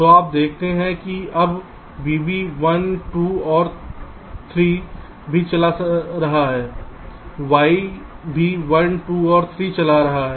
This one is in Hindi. तो आप देखते हैं कि अब vB 1 2 और 3 भी चला रहा है Y भी 1 2 और 3 चला रहा है